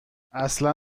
اصلا